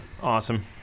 awesome